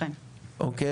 כן.